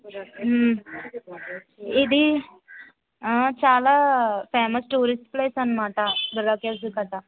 ఇదీ చాలా famous tourist place అనమాట బుర్రా కేవ్స్ కదా